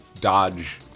dodge